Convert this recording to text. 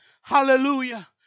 Hallelujah